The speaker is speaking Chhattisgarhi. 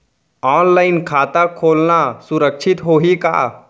ऑनलाइन खाता खोलना सुरक्षित होही का?